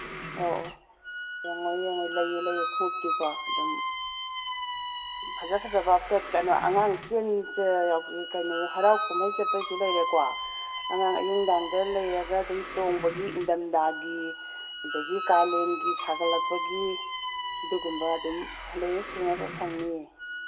ꯑꯧ ꯑꯧ ꯌꯦꯡꯉꯣ ꯌꯦꯡꯉꯣ ꯂꯩꯌꯦ ꯂꯩꯌꯦ ꯈꯣꯡꯎꯞꯇꯤꯀꯣ ꯑꯗꯨꯝ ꯐꯖ ꯐꯖꯕ ꯐ꯭ꯂꯦꯠ ꯀꯩꯅꯣ ꯑꯉꯥꯡ ꯀꯩꯅꯣ ꯍꯔꯥꯎ ꯀꯨꯝꯍꯩ ꯆꯠꯄꯩꯁꯨ ꯂꯩꯔꯦꯀꯣ ꯑꯉꯥꯡ ꯑꯌꯨꯛ ꯅꯨꯡꯗꯥꯡꯗ ꯂꯩꯔꯒ ꯑꯗꯨꯝ ꯇꯣꯡꯕꯒꯤ ꯏꯟꯗꯝꯗꯥꯒꯤ ꯑꯗꯒꯤ ꯀꯥꯂꯦꯟꯒꯤ ꯁꯥꯒꯠꯂꯛꯄꯒꯤ ꯑꯗꯨꯒꯨꯝꯕ ꯑꯗꯨꯝ ꯂꯣꯏꯅ ꯁꯨꯅꯕ ꯐꯪꯅꯤꯌꯦ